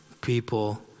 people